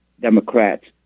Democrats